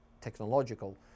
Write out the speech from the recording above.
technological